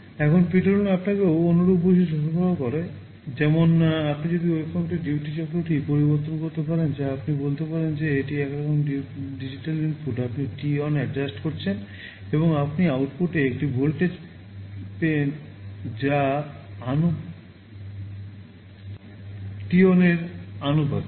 এখন PWM আপনাকেও অনুরূপ বৈশিষ্ট্য সরবরাহ করে যেমন আপনি যদি ওয়েভফর্মটির ডিউটি চক্রটি পরিবর্তন করতে পারেন যা আপনি বলতে পারেন যে এটি একরকম ডিজিটাল ইনপুট আপনি t on adjust করছেন এবং আপনি আউটপুটে একটি ভোল্টেজ পেয়ে যান যা t on এর আনুপাতিক